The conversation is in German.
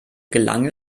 gelang